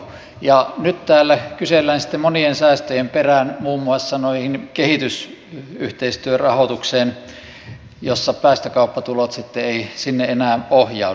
ja nyt täällä kysellään sitten monien säästöjen perään muun muassa tuohon kehitysyhteistyörahoitukseen jonne päästökauppatulot sitten eivät enää ohjaudu